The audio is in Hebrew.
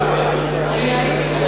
נמנעים,